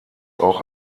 auch